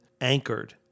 anchored